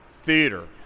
theater